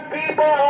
people